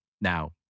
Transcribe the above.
now